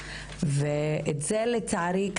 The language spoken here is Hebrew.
את זה לצערי,